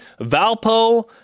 Valpo